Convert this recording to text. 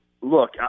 Look